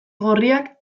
gorriak